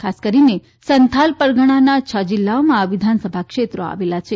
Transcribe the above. ખાસ કરીને સંથાલ પરગણાના છ જીલ્લામાં આ વિધાનસભા ક્ષેત્રો આવેલા છે